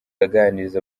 aganiriza